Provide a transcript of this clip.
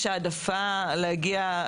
יש העדפה להגיע,